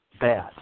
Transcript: bad